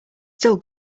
still